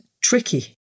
tricky